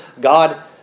God